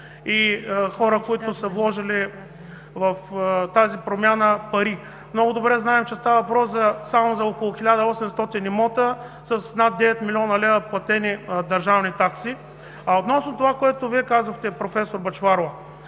и хора, които са вложили в тази промяна пари. Много добре знаем, че става въпрос само за около 1800 имота с над 9 млн. лв. платени държавни такси. Относно това, което казахте Вие, проф. Бъчварова.